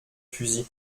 fusil